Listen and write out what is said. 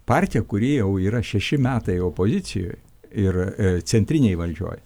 partija kuri jau yra šeši metai opozicijoj ir centrinėj valdžioj